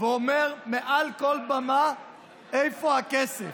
ואומר מעל כל במה: איפה הכסף?